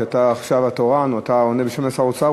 שאתה עכשיו התורן ואתה עונה בשם שר האוצר,